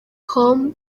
com